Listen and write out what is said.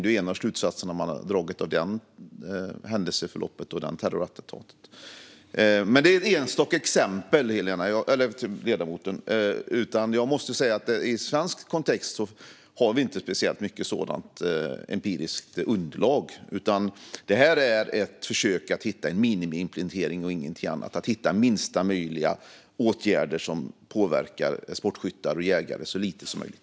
Det är en av slutsatserna man har dragit av det händelseförloppet och det terrorattentatet. Det är enstaka exempel, ledamoten. I en svensk kontext har vi inte speciellt mycket sådant empiriskt underlag. Detta är ett försök att hitta en minimiimplementering och ingenting annat. Det gäller att hitta minsta möjliga åtgärder som påverkar sportskyttar och jägare så lite som möjligt.